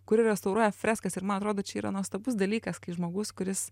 kuri restauruoja freskas ir man atrodo čia yra nuostabus dalykas kai žmogus kuris